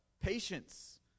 Patience